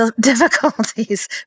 difficulties